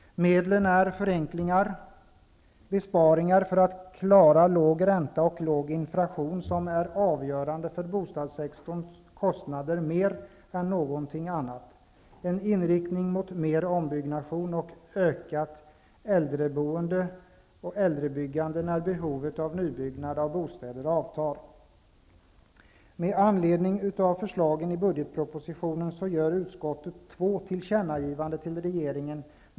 Medlen är förenklingar, besparingar för att klara låg ränta och låg inflation, som är mer avgörande för bostadssektorns kostnader än något annat, och en inriktning mot mer ombyggande och ökat äldreboende när behovet av nybyggnad av bostäder avtar. Med anledning av förslagen i budgetpropositionen gör utskottet två tillkännagivanden till regeringen.